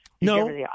No